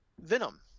Venom